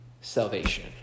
salvation